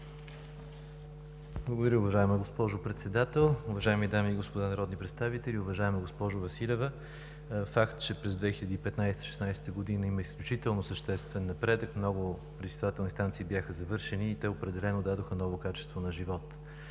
Благодаря, уважаема госпожо Председател. Уважаеми дами и господа народни представители, уважаема госпожо Василева! Факт е, че през 2015 и 2016 г. има съществен напредък. Много пречиствателни станции бяха завършени. Те определено дадоха ново качество на живот,